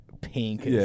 pink